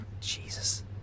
Jesus